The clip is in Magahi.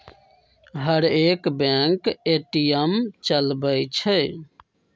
हरेक बैंक ए.टी.एम चलबइ छइ